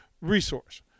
resource